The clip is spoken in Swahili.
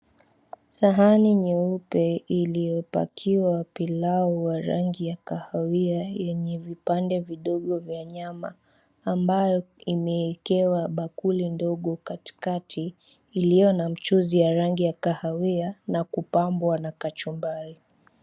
Sahani nyeupe iliyopakiwa pilao wa rangi ya kahawia yenye vipande vidogo vya nyama ambayo imewekewa bakuli ndogo katikati iliyo na mchuzi ya rangi ya kahawia na kupambwa na kachumbari.